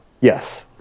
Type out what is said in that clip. yes